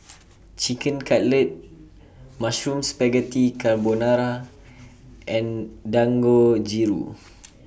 Chicken Cutlet Mushroom Spaghetti Carbonara and Dangojiru